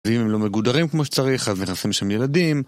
ואם הם לא מגודרים כמו שצריך, אז מנסים שהם ילדים.